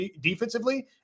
defensively